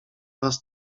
was